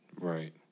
Right